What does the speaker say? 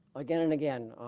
again and again